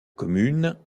commune